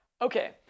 Okay